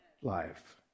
life